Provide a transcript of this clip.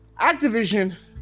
Activision